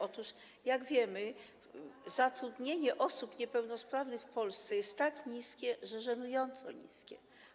Otóż, jak wiemy, poziom zatrudnienia osób niepełnosprawnych w Polsce jest tak niski, że aż żenująco niski.